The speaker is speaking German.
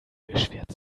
beschwert